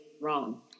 wrong